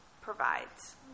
provides